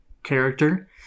Character